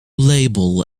label